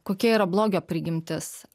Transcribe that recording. kokia yra blogio prigimtis